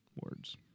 words